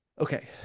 Okay